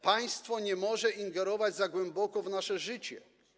Państwo nie może ingerować za głęboko w nasze życie.